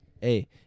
Hey